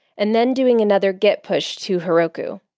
and then doing another git push to heroku.